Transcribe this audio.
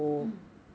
mm